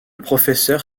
professeur